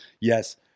Yes